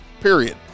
period